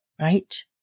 right